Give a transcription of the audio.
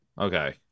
okay